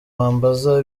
bambaza